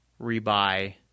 rebuy